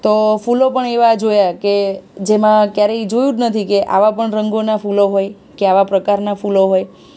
તો ફૂલો પણ એવાં જોયાં કે જેમાં ક્યારેય જોયું જ નથી કે આવા પણ રંગોનાં ફૂલો હોય કે આવા પ્રકારનાં ફૂલો હોય